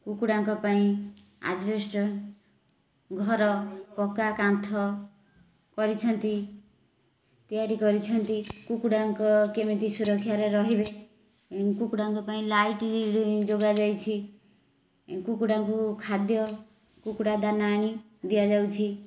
କୁକୁଡ଼ାଙ୍କ ପାଇଁ ଆଜବେଷ୍ଟ୍ ଘର ପକ୍କା କାନ୍ଥ କରିଛନ୍ତି ତିଆରି କରିଛନ୍ତି କୁକୁଡ଼ାଙ୍କ କେମିତି ସୁରକ୍ଷାରେ ରହିବେ କୁକୁଡ଼ାଙ୍କ ପାଇଁ ଲାଇଟ୍ ଯୋଗାଯାଇଛି କୁକୁଡ଼ାଙ୍କୁ ଖାଦ୍ୟ କୁକୁଡ଼ା ଦାନା ଆଣି ଦିଆଯାଉଛି